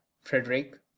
Frederick